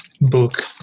book